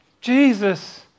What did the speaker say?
Jesus